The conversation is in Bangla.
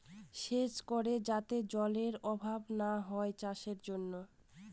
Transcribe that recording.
সেচ করে যাতে জলেরর অভাব না হয় চাষের জন্য